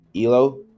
ELO